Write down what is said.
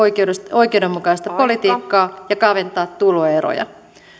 oikeudenmukaista politiikkaa ja kaventaa tuloeroja